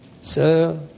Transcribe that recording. Sir